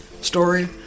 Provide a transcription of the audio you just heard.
story